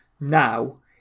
now